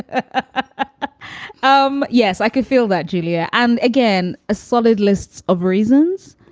ah um yes. i could feel that, julia. and again, a solid lists of reasons.